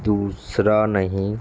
ਦੂਸਰਾ ਨਹੀਂ